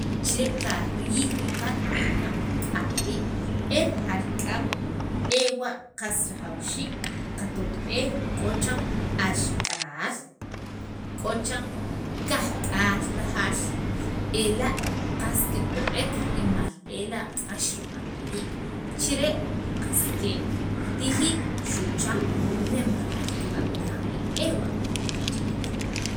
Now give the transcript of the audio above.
chiri' kariyij wii' kaan jun laq k'ay rii' e rajal k'an ewa' qas rajawxiik qatotb'ej k'o chiran axk'aal k'o chiran kajk'aal rajaal ela' qas kito'ek rimal ela' k'ax rib'antajiik chire' qas ke' ritijiik xu' chan nem rajaal kib'antaj wii' ewa' jujon taq chetaq.